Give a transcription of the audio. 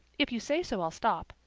if you say so i'll stop.